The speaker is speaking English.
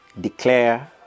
declare